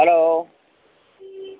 hello